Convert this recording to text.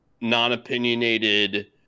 non-opinionated